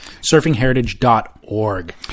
Surfingheritage.org